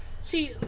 see